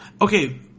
okay